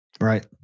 Right